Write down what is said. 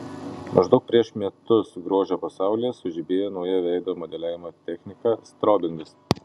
maždaug prieš metus grožio pasaulyje sužibėjo nauja veido modeliavimo technika strobingas